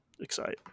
Excite